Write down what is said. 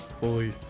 boy